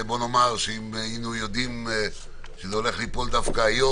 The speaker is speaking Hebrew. לו ידענו שזה ייפול היום,